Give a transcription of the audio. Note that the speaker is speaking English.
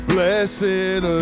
Blessed